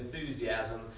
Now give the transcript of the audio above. enthusiasm